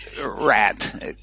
rat